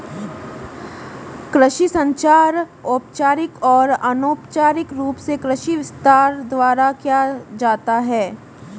कृषि संचार औपचारिक और अनौपचारिक रूप से कृषि विस्तार द्वारा किया जाता है